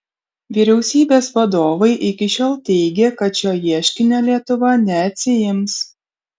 vyriausybės vadovai iki šiol teigė kad šio ieškinio lietuva neatsiims